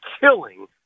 killing